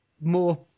more